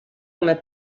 come